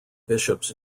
bishops